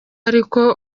ariko